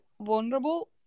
vulnerable